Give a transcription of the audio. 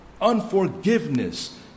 unforgiveness